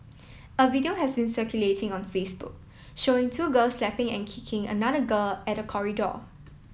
a video has been circulating on Facebook showing two girls slapping and kicking another girl at a corridor